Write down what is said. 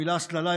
המילה "הסללה",